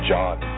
John